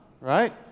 Right